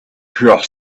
here